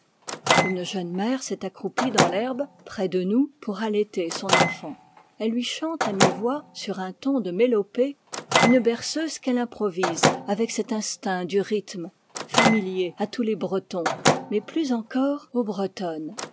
une jeune mère s'est accroupie dans l'herbe près de nous pour allaiter son enfant elle lui chante à mi-voix sur un ton de mélopée une berceuse qu'elle improvise avec cet instinct du rythme familier à tous les bretons mais plus encore aux bretonnes